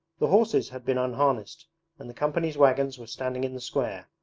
the horses had been unharnessed and the companies' wagons were standing in the square.